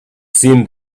seen